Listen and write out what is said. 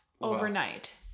overnight